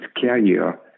carrier